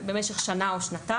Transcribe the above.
שנמשכת לרוב שנה או שנתיים.